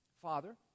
Father